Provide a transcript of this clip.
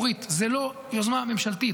אורית: זו לא יוזמה ממשלתית,